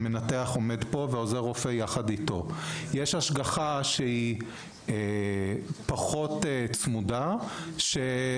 המנתח עומד פה ועוזר הרופא יחד איתו; יש השגחה שהיא פחות צמודה שעוזר